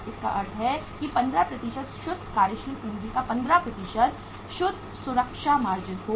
इसका अर्थ है 15 शुद्ध कार्यशील पूंजी का 15 शुद्ध सुरक्षा मार्जिन होगा